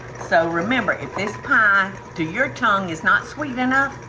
so remember if this pie to your tongue is not sweet enough,